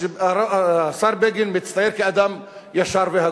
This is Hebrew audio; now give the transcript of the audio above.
השר בגין מצטייר כאדם ישר והגון,